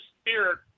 spirit